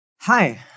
Hi